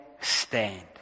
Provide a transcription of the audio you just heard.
stand